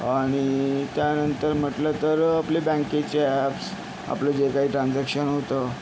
आणि त्यानंतर म्हटलं तर आपले बँकेचे ॲप्स आपलं जे काही ट्रँजॅक्शन होतं